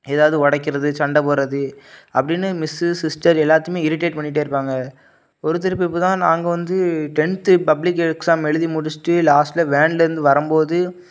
எதாவது உடைக்கிறது சண்டப்போடுறது அப்படின்னு மிஸ்ஸு சிஸ்டர் எல்லாத்தியும் இரிடேட் பண்ணிகிட்டே இருப்பாங்க ஒருத்தர் இப்போ இப்போ தான் நாங்கள் வந்து டென்த்து பப்ளிக் எக்ஸாம் எழுதி முடிச்சிட்டு லாஸ்டில் வேன்லேருந்து வரும் போது